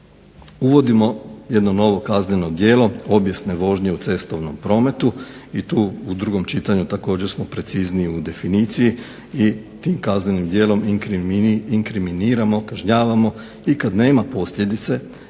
Uvodimo jedno novo kazneno djelo objesne vožnje u cestovnom prometu. I tu u drugom čitanju također smo precizniji u definiciji i tim kaznenim djelom inkriminiramo, kažnjavamo i kad nema posljedice.